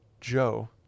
Joe